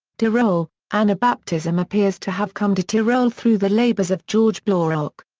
tyrol anabaptism appears to have come to tyrol through the labors of george blaurock.